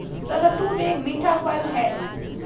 शहतूत एक मीठा फल है